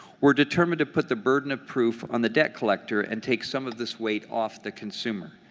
we are determined to put the burden of proof on the debt collector and take some of this weight off the consumer.